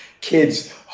kids